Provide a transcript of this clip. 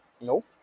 Nope